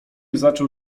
zaczął